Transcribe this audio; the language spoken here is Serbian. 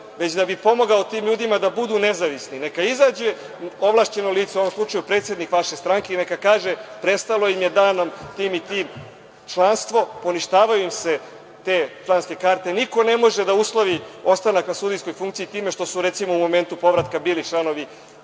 već da bih pomogao tim ljudima da budu nezavisni. Neka izađe ovlašćeno lice, u ovom slučaju predsednik vaše stranke i neka kaže, prestalo im je danom tim i tim članstvo, poništavaju im se te članske karte. Niko ne može da uslovi ostanak na sudijskoj funkciji time što su tu momentu povratka bile članovi